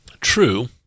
True